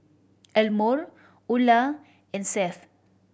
Elmore Ula and Seth